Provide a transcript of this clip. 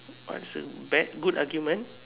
what's a bad good argument